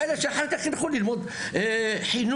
לשכת העבודה והמוסד לביטוח לאומי שיממנו לימודי הכשרה,